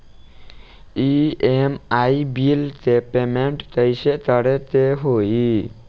EMI bill के payment कइसे करे के होई?